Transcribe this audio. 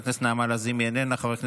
חברת